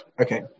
okay